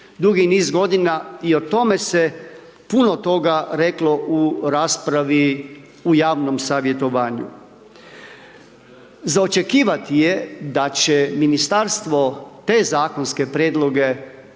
dugi niz godina i o tome se puno toga reklo u raspravi u javnom savjetovanju. Za očekivati je da će ministarstvo te zakonske prijedloge